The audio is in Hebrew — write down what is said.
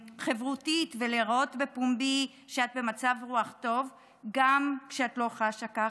חברותית ולהראות בפומבי שאת במצב רוח טוב גם כשאת לא חשה כך?